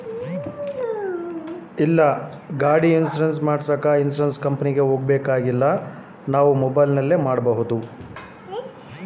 ಗಾಡಿ ಇನ್ಸುರೆನ್ಸ್ ಮಾಡಸಾಕ ಇನ್ಸುರೆನ್ಸ್ ಕಂಪನಿಗೆ ಹೋಗಬೇಕಾ?